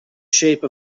shape